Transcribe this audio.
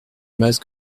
must